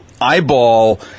eyeball